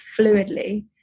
fluidly